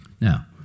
now